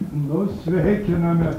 nu sveikiname